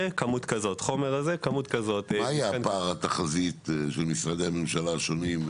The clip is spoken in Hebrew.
מה יהיה פער התחזית של משרדי הממשלה השונים?